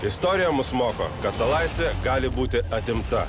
istorija mus moko kad ta laisvė gali būti atimta